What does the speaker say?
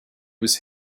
was